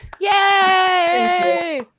Yay